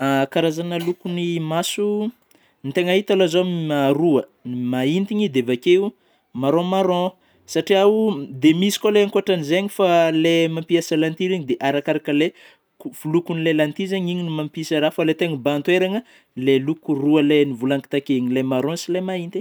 Karazany lôkon'ny maso ,ny tena hita aloha zao roa: ny mahintiny, dia avy akeo marro marron satria oh, dia misy koa lay ankoatriny zeigny; fa lay mampisa lentille reny dia arakaraka le ko-lôkon'ilay lentille zagny iny no mampisy raha; fa le tegna mibahan-toerana lay loko roa ilay novolagniko takeo igny, lay marron sy ilay mahintiny.